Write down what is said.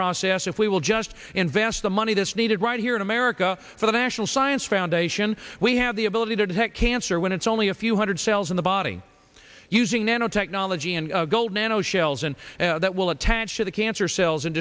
process if we will just invest the money that's needed right here in america for the national science foundation we have the ability to detect cancer when it's only a few hundred cells in the body using nanotechnology and gold nano shells and that will attach to the cancer cells and